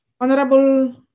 Honorable